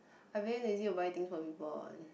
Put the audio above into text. I very lazy to buy thing for people one